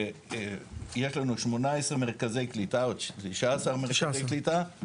ויש לנו 18 מרכזי קליטה, או 19 מרכזי קליטה.